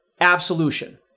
absolution